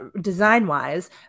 design-wise